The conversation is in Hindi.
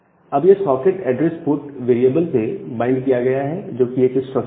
अब यह सॉकेट एड्रेस पोर्ट वेरिएबल से बाइंड किया गया है जो कि एक स्ट्रक्चर है